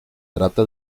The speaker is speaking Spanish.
trata